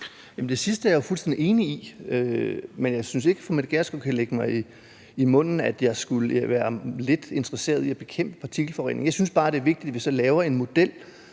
Det sidste er jeg fuldstændig enig i. Men jeg synes ikke, fru Mette Gjerskov kan lægge mig i munden, at jeg kun skulle være lidt interesseret i at bekæmpe partikelforureningen. Jeg synes bare, det er vigtigt, at vi så laver en model,